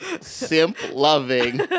simp-loving